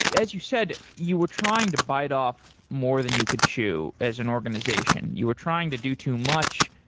yeah as you've said, you were trying to bite off more than you could chew as an organization. you were trying to do too much.